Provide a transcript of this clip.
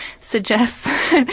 suggests